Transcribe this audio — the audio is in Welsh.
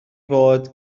fod